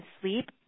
sleep